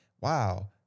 wow